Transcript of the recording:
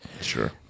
sure